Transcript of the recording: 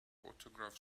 autograph